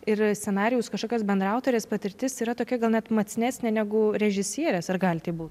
ir scenarijaus kažkokios bendraautorės patirtis yra tokia gal net matsnesnė negu režisierės ar gali būt